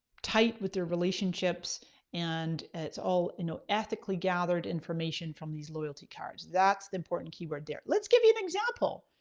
tight with their relationships and it's all you know ethically gathered information from these loyalty cards, that's the important keyboard there. let's give you an example.